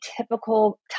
typical